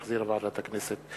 שהחזירה ועדת הכנסת.